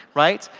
right?